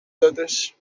دادش